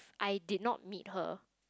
I did not meet her